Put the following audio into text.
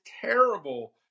terrible